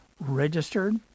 registered